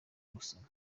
gusoma